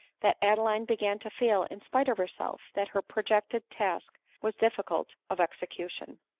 that adeline began to feel in spite of herself that her projected task was diffi cult of execution.